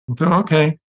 Okay